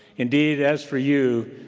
indeed as for you,